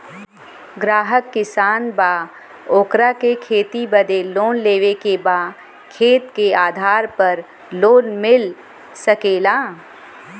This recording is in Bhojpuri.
ग्राहक किसान बा ओकरा के खेती बदे लोन लेवे के बा खेत के आधार पर लोन मिल सके ला?